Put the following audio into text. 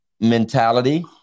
mentality